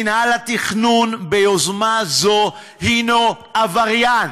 מינהל התכנון ביוזמה זו הנו עבריין,